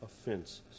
offenses